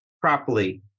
properly